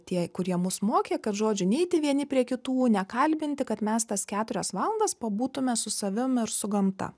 tie kurie mus mokė kad žodžiu neiti vieni prie kitų nekalbinti kad mes tas keturias valandas pabūtume su savim ir su gamta